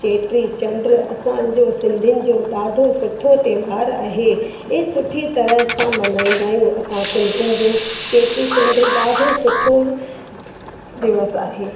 चेटी चंड असांजो सिंधियुनि जो ॾाढो सुठो त्योहारु आहे ऐं सुठी तरह सां मल्हाईंदा आहियूं असां सिंधियुनि जो चेटी चंड ॾाढो सुठो दिवस आहे